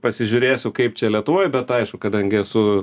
pasižiūrėsiu kaip čia lietuvoj bet aišku kadangi esu